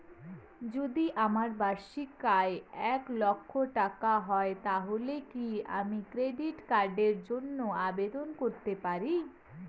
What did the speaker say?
যদি আমার বার্ষিক আয় এক লক্ষ টাকা হয় তাহলে কি আমি ক্রেডিট কার্ডের জন্য আবেদন করতে পারি?